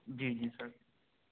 جی جی سر